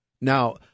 Now